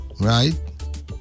Right